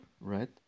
right